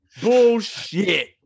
Bullshit